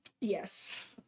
yes